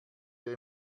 wir